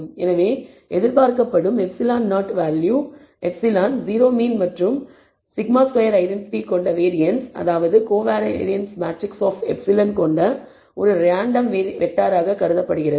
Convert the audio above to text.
எனவே எதிர்பார்க்கப்படும் ε0 value ε 0 mean மற்றும் σ2 ஐடென்டி கொண்ட வேரியன்ஸ் அதாவது கோவாரன்ஸ் மேட்ரிக்ஸ் ஆப் ε கொண்ட ஒரு ரேண்டம் வெக்டாராக கருதப்படுகிறது